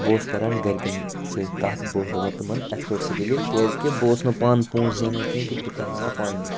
بہٕ اوسُس کَران گَرِکٮ۪ن سۭتۍ کَتھ بہٕ اوسُس دَپان تِمَن یِتھٕ پٲٹھۍ چھِ دٔلیٖل کیٛازِکہِ بہٕ اوسُس نہٕ پانہٕ پۅنٛسہٕ زینان کیٚنٛہہ کہِ بہٕ کَرٕناوہا پانہٕ ٹھیٖک